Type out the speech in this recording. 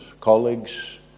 colleagues